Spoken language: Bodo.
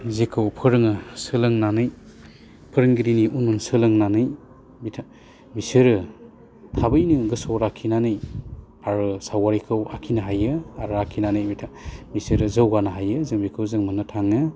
जिखौ फोरोङो सोलोंनानै फोरोंगिरिनि उन उन सोलोंनानै बिथां बिसोरो थाबैनो गोसोआव लाखिनानै आरो सावगारिखौ आखिनो हायो आरो आखिनानै बिथां बिसोरो जौगानो हायो जों बिखौ जों मोननो थाङो